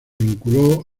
vinculó